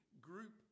group